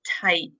tight